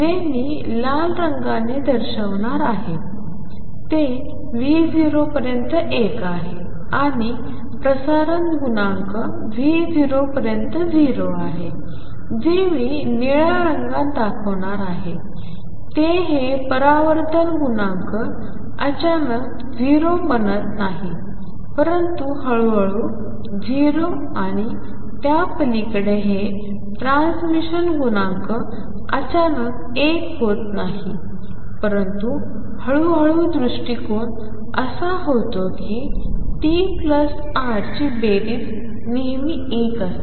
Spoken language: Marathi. जे मी लाल रंगाने दाखवणार आहे ते V0 पर्यंत 1 आहे आणि प्रसारण गुणांक V0 पर्यंत 0 आहे जे मी निळ्या रंगात दाखवणार आहे ते हे परावर्तन गुणांक अचानक 0 बनत नाही परंतु हळूहळू 0 आणि त्यापलीकडे हे ट्रान्समिशन गुणांक अचानक एक होत नाही परंतु हळूहळू दृष्टिकोन असा होतो की TR ची बेरीज नेहमी 1 असते